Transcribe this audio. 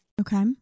Okay